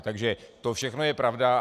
Takže to všechno je pravda.